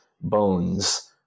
bones